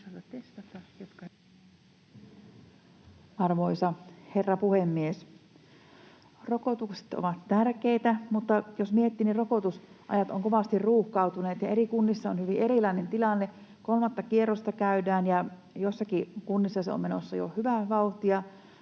Arvoisa herra puhemies! Rokotukset ovat tärkeitä, mutta jos miettii, niin rokotusajat ovat kovasti ruuhkautuneet ja eri kunnissa on hyvin erilainen tilanne. Kolmatta kierrosta käydään, ja joissakin kunnissa se on menossa jo hyvää vauhtia,